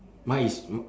mien is m~